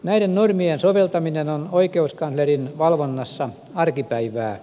näiden normien soveltaminen on oikeuskanslerin valvonnassa arkipäivää